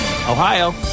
Ohio